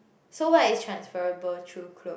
so what is transferable through clothes